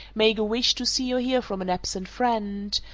make a wish to see or hear from an absent friend,